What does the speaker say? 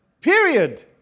Period